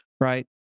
right